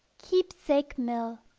keepsake mill